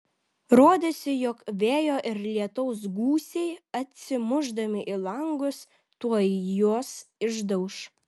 rodėsi jog vėjo ir lietaus gūsiai atsimušdami į langus tuoj juos išdauš